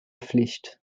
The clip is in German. pflicht